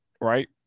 Right